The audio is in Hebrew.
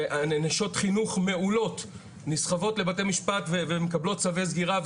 ונשות חינוך מעולות נסחבות לבתי משפט ומקבלות צווי סגירה.